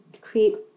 create